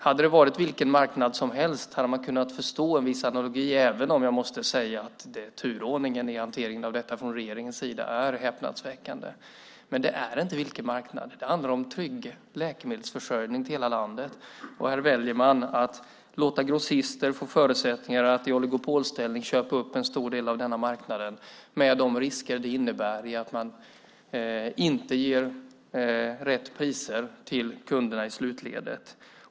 Hade det varit vilken marknad som helst hade man kunnat förstå en viss analogi, även om jag måste säga att turordningen i hanteringen av detta från regeringens sida är häpnadsväckande. Men det är inte vilken marknad som helst. Det handlar om en trygg läkemedelsförsörjning till hela landet. Här väljer man att låta grossister få förutsättningar att i oligopolställning köpa upp en stor del av denna marknad med de risker som det innebär för att de inte ger rätt priser till kunderna i slutledet.